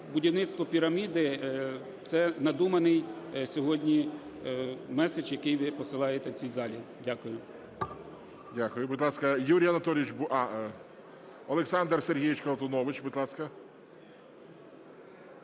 будівництво піраміди – це надуманий сьогодні меседж, який ви посилаєте в цій залі. Дякую.